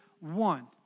one